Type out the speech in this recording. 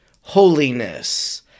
holiness